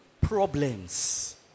problems